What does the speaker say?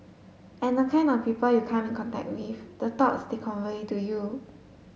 and the kind of people you come in contact with the thought they convey to you